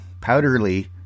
Powderly